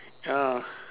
ya